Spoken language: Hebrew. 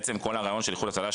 כל הרעיון של איחוד הצלה,